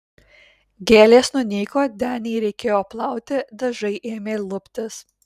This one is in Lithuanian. gėlės nunyko denį reikėjo plauti dažai ėmė luptis